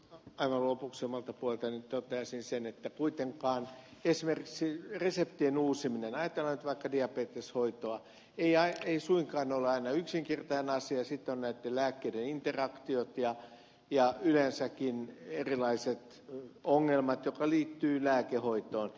aivan lopuksi omalta puoleltani toteaisin sen että kuitenkaan esimerkiksi reseptien uusiminen ajatellaan nyt vaikka diabeteshoitoa ei suinkaan ole aina yksinkertainen asia ja sitten on näiden lääkkeiden interaktiot ja yleensäkin erilaiset ongelmat jotka liittyvät lääkehoitoon